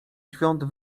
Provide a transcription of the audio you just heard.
świąt